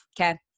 Okay